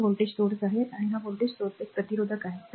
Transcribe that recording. तर हा व्होल्टेज स्त्रोत आहे हा व्होल्टेज स्रोत हा एक प्रतिरोधक आहे